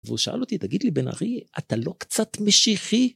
והוא שאל אותי, תגיד לי בן ארי, אתה לא קצת משיחי?